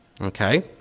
okay